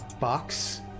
box